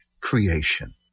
creation